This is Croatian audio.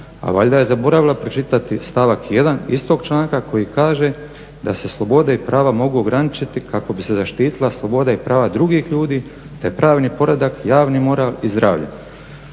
A valjda je zaboravila pročitati stavak 1. istog članka koji kaže da se slobode i prava mogu ograničiti kako bi se zaštitila sloboda i prava drugih ljudi, te pravni poredak, javni moral i zdravlje.